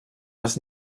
les